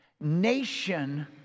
nation